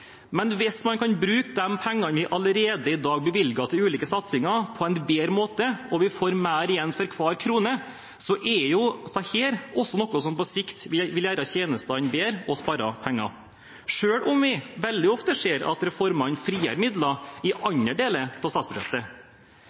Men hvis man kan bruke de pengene vi allerede i dag bevilger til ulike satsinger, på en bedre måte og vi får mer igjen for hver krone, er dette noe som på sikt vil gjøre tjenestene bedre, og også spare penger, selv om vi veldig ofte ser at reformene frigjør midler i andre deler av statsbudsjettet.